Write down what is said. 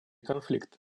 конфликт